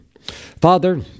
Father